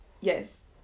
Yes